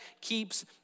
keeps